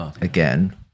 again